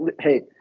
hey